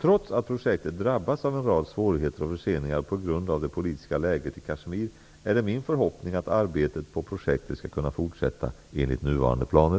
Trots att projektet drabbats av en rad svårigheter och förseningar på grund av det politiska läget i Kashmir är det min förhoppning att arbetet på projektet skall kunna fortsätta enligt nuvarande planer.